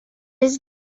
his